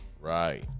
right